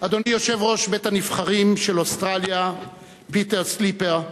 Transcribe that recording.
אדוני יושב-ראש בית-הנבחרים של אוסטרליה פיטר סליפר,